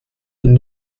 wenn